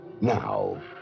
Now